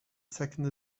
second